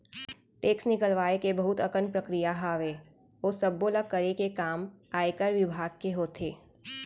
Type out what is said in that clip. tax निकलवाय के बहुत अकन प्रक्रिया हावय, ओ सब्बो ल करे के काम आयकर बिभाग के होथे